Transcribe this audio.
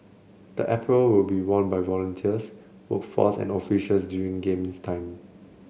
the apparel will be worn by volunteers workforce and officials during games time